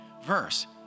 verse